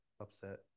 upset